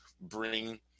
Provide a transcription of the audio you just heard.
bring